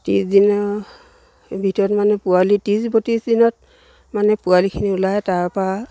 ত্ৰিছ দিনৰ ভিতৰত মানে পোৱালি ত্ৰিছ বত্ৰিছ দিনত মানে পোৱালিখিনি ওলায় তাৰপৰা